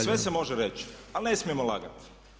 Sve se može reći ali ne smijemo lagati.